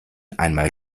einmal